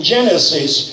Genesis